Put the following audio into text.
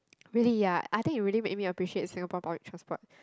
really ya I think it really made me appreciate Singapore public transport